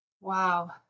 Wow